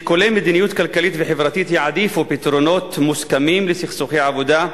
שיקולי מדיניות כלכלית וחברתית יעדיפו פתרונות מוסכמים לסכסוכי עבודה,